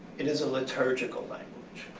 it is a liturgical language.